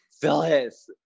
Phyllis